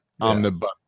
omnibus